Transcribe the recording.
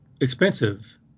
expensive